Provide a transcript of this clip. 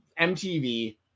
MTV